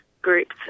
groups